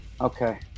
Okay